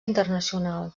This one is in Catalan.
internacional